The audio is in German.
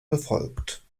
befolgt